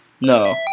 No